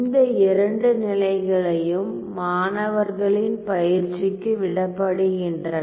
இந்த 2 நிலைகளையும் மாணவர்களின் பயிற்சிக்கு விடப்படுகின்றன